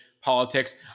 politics